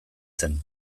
zen